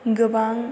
गोबां